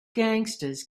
gangsters